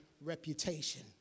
reputation